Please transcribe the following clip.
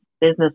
business